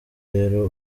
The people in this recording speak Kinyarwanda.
rero